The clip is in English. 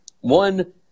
One